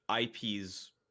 ip's